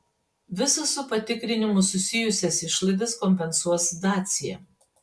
visas su patikrinimu susijusias išlaidas kompensuos dacia